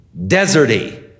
deserty